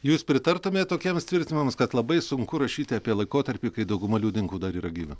jūs pritartumėt tokiems tvirtinimams kad labai sunku rašyti apie laikotarpį kai dauguma liudininkų dar yra gyvi